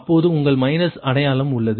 அப்போது உங்கள் மைனஸ் அடையாளம் உள்ளது